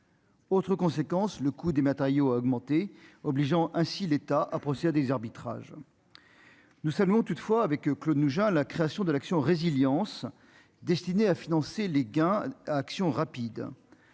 Autre conséquence, le coût des matériaux augmenter, obligeant ainsi l'État à procéder à des arbitrages, nous saluons toutefois avec Claude, nous, à la création de l'action résilience destinée à financer les gains action rapide,